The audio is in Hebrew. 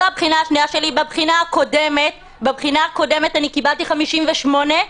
בבחינה הקודמת קיבלתי 58,